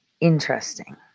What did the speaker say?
Interesting